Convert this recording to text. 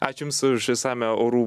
ačiū jums už išsamią orų